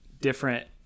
different